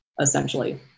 essentially